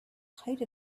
height